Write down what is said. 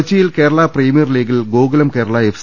കൊച്ചിയിൽ കേരള പ്രീമിയർ ലീഗിൽ ഗോകുലം കേരള എഫ്